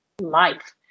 life